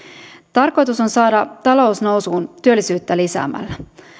tarkoitus on saada talous nousuun työllisyyttä lisäämällä